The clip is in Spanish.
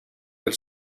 del